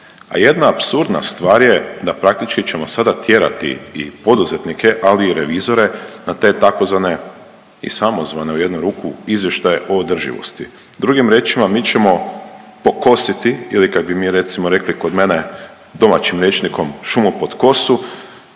jedna apsurdna stvar je da praktički ćemo sada tjerati i poduzetnike ali i revizore na te tzv. i samozvane u jednu ruku izvještaje o održivosti. Drugim riječima mi ćemo pokositi ili kak bi mi recimo rekli kod mene domaćim rječnikom šumo pod kosu,